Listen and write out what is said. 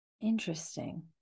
Interesting